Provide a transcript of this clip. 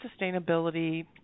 sustainability